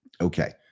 Okay